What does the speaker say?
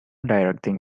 directing